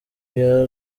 iya